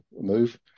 move